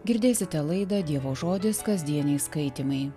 girdėsite laidą dievo žodis kasdieniai skaitymai